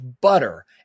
butter